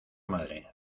madre